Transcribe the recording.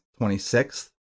26th